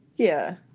yeah